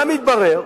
מה מתברר?